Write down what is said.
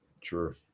true